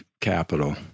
capital